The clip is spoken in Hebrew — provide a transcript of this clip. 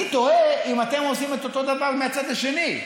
אני תוהה אם אתם עושים את אותו דבר מהצד השני?